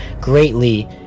greatly